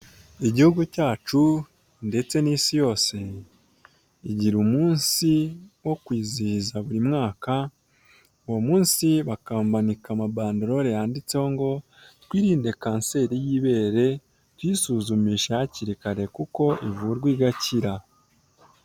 Igihugu cyacu ndetse n'isi yose igira umunsi wo kwizihiza buri mwaka uwo munsi bakamanika amabandorore yanditseho ngo twirinde kanseri y'ibere tuyisuzumisha hakiri kare kuko ivurwa igakira.